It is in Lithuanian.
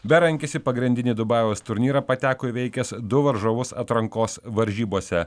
berankis į pagrindinį dubajaus turnyrą pateko įveikęs du varžovus atrankos varžybose